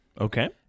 Okay